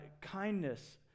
Kindness